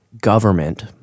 government—